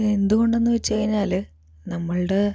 അത് എന്ത് കൊണ്ടെന്ന് വച്ച് കഴിഞ്ഞാല് നമ്മൾടെ